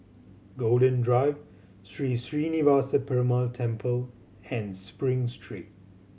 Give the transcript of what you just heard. Golden Drive Sri Srinivasa Perumal Temple and Spring Street